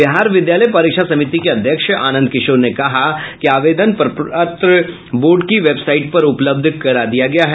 बिहार विद्यालय परीक्षा समिति के अध्यक्ष आनंद किशोर ने कहा कि आवेदन प्रपत्र बोर्ड की वेबसाइट पर उपलब्ध करा दिया गया है